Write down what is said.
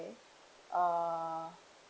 uh